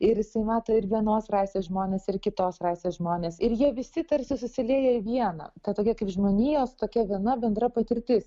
ir jisai mato ir vienos rasės žmones ir kitos rasės žmones ir jie visi tarsi susilieja į vieną tokia kaip žmonijos tokia viena bendra patirtis